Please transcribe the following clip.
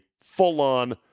full-on